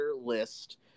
list